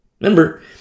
Remember